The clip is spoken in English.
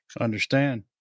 understand